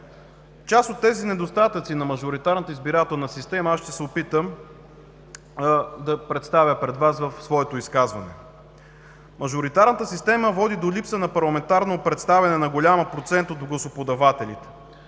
Част от тези недостатъци на мажоритарната избирателна система ще се опитам да представя пред Вас в своето изказване. Мажоритарната система води до липса на парламентарно представяне на голям процент от гласоподавателите.